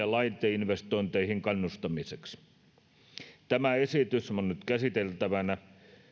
laiteinvestointeihin kannustamiseksi tämä esitys on nyt käsiteltävänä